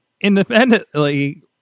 independently